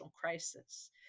crisis